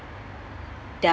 there're